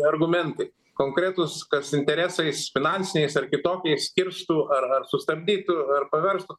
argumentai konkretūs kas interesais finansiniais ar kitokiais kirstų ar ar sustabdytų ar paverstų